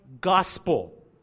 gospel